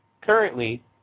Currently